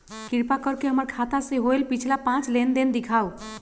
कृपा कर के हमर खाता से होयल पिछला पांच लेनदेन दिखाउ